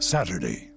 Saturday